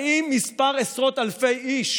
האם כמה עשרות אלפי איש